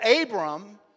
Abram